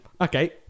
Okay